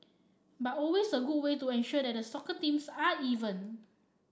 but always a good way to ensure that the soccer teams are even